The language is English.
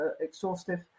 exhaustive